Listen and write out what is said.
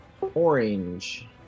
Orange